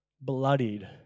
bloodied